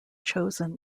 chosen